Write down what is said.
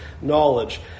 knowledge